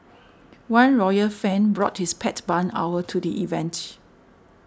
one royal fan brought his pet barn owl to the event